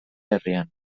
herrian